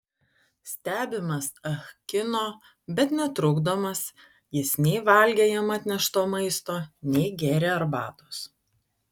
stebimas ah kino bet netrukdomas jis nei valgė jam atnešto maisto nei gėrė arbatos